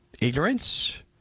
ignorance